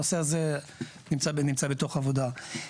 הנושא הזה נמצא בתוך עבודה.